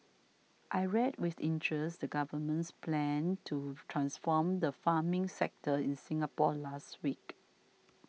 I read with the interest the government's plan to transform the farming sector in Singapore last week